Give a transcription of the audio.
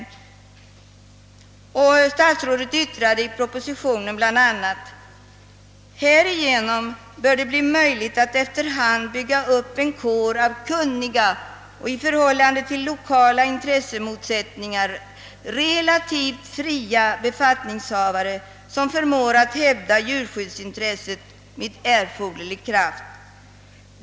Statsrådet yttrade i propositionen bl.a.: »Härigenom bör det bli möjligt att efter hand bygga upp en kår av kunniga och i förhållande till lokala intressemotsättningar relativt fria befattningshavare som förmår att hävda djurskyddsintresset med erforderlig kraft.